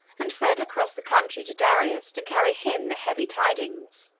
and fled across the country to darius, to carry him the heavy tidings.